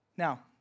Now